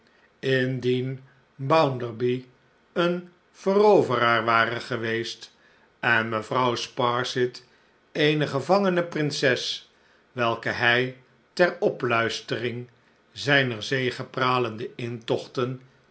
indien bounderby een veroveraar ware geweest en mevrouw sparsit eene gevangene prinses welke hij ter opluistering zijner zegepralende intoch'ten